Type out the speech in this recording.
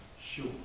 sure